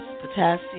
Potassium